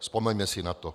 Vzpomeňme si na to.